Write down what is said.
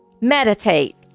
Meditate